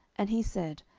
and he said,